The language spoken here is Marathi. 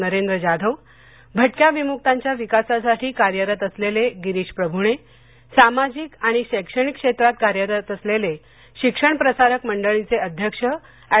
नरेंद्र जाधव भटक्या विमुकांच्या विकासासाठी कार्यरत असलेले गिरीश प्रभूणे सामाजिक आणि शैक्षणिक क्षेत्रात कार्यरत असलेले शिक्षण प्रसारक मंडळीचे अध्यक्ष एड